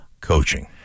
coaching